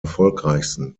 erfolgreichsten